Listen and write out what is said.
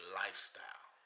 lifestyle